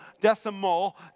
decimal